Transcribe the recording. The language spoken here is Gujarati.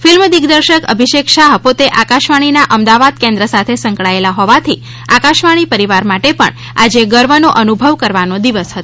ફિલ્મ દિગ્દર્શક અભિષેક શાહ પોતે આકાશવાણી ના અમદાવાદ કેન્દ્ર સાથે સંકળાયેલા હોવાથી આકાશવાણી પરિવાર માટે પણ આજે ગર્વ નો અનુભવ કરવાનો દિવસ હતો